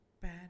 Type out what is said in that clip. bad